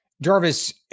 Jarvis